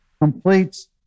completes